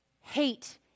Hate